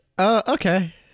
Okay